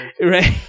Right